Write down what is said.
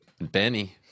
Benny